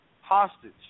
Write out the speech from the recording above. hostage